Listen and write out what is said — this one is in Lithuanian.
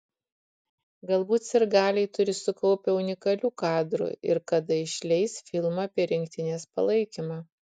galbūt sirgaliai turi sukaupę unikalių kadrų ir kada išleis filmą apie rinktinės palaikymą